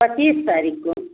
पच्चीस तारीख़ को